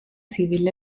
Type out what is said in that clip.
civil